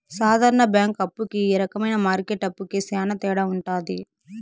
సాధారణ బ్యాంక్ అప్పు కి ఈ రకమైన మార్కెట్ అప్పుకి శ్యాన తేడా ఉంటది